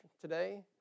today